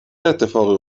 اتفاقی